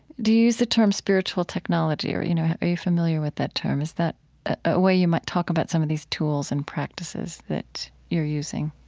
do you use the term spiritual technology or you know are you familiar with that term? is that a way you might talk about some of these tools and practices that you're using?